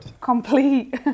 complete